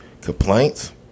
complaints